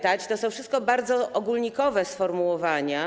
To są wszystko bardzo ogólnikowe sformułowania.